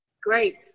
Great